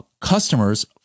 customers